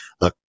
look